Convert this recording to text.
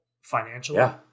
financially